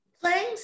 Playing